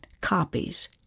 copies